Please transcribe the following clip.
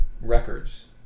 records